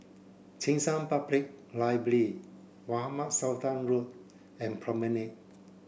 Cheng San Public Library Mohamed Sultan Road and Promenade